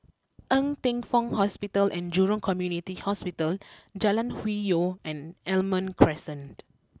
Ng Teng Fong Hospital and Jurong Community Hospital Jalan Hwi Yoh and Almond Crescent